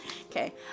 okay